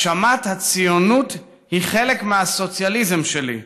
הגשמת הציונות היא חלק מהסוציאליזם שלי.